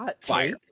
fire